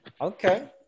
Okay